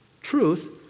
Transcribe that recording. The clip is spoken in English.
truth